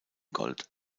gold